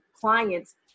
clients